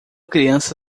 criança